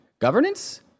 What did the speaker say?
Governance